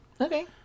Okay